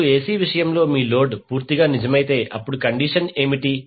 ఇప్పుడు ఎసి విషయంలో మీ లోడ్ పూర్తిగా నిజమైతే అప్పుడు కండిషన్ ఏమిటి